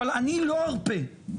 אני לא ארפה,